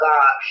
God